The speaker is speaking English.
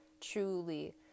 truly